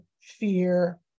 fear